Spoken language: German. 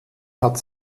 hat